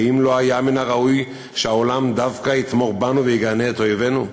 האם לא היה מן הראוי שהעולם דווקא יתמוך בנו ויגנה את אויבינו?